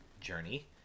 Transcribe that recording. journey